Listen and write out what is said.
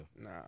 Nah